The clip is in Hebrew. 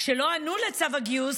כשלא ענו לצו הגיוס,